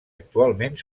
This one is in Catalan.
actualment